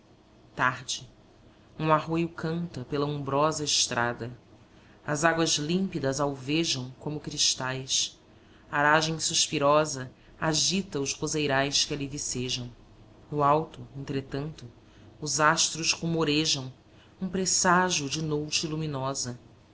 tarde um arroio canta pela umbrosa estrada as águas límpidas alvejam como cristais aragem suspirosa agita os roseirias que ali vicejam no alto entretanto os astros rumorejam um presságio de noute luminosa